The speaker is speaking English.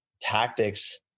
tactics